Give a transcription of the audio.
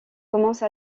commence